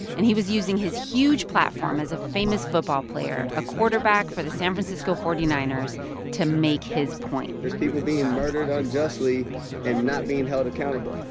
and he was using his huge platform as a famous football player, a quarterback for the san francisco forty nine ers to make his point there's people being murdered unjustly and not being held accountable.